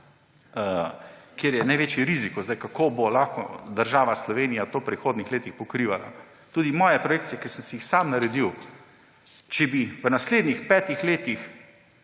kjer je največji riziko, kako bo lahko država Slovenija to v prihodnjih letih pokrivala. Tudi moje projekcije, ki sem si jih sam naredil, če v naslednjih petih letih